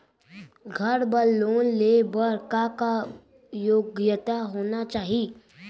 घर बर लोन लेहे बर का का योग्यता होना चाही?